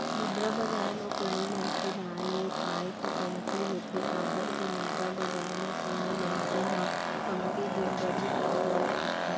मुद्रा बजार म कोनो मनसे ल आय ऐ पाय के कमती होथे काबर के मुद्रा बजार म कोनो मनसे ह कमती दिन बर ही करजा उठाथे